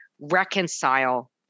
reconcile